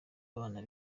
abana